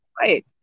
Right